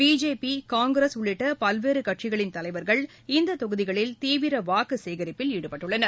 BJP Congress உள்ளிட்ட பல்வேறு கட்சிகளின் தலைவர்கள் இந்த தொகுதிகளில் தீவிர வாக்கு சேகிப்பில் ஈடுபட்டுள்ளனர்